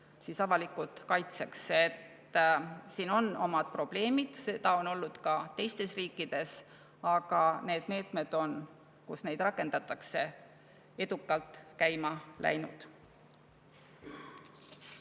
huvisid avalikult kaitseks. Siin on omad probleemid. Seda on ka teistes riikides, aga need meetmed on seal, kus neid rakendatakse, edukalt käima läinud.